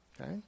Okay